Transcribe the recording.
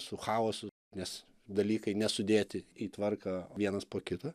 su chaosu nes dalykai nesudėti į tvarką vienas po kito